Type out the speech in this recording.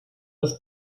des